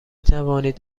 توانید